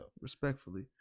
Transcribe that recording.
respectfully